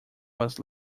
was